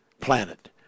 planet